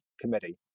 committee